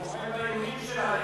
אני פוחד מהאיומים שלה,